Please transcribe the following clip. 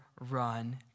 run